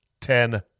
Ten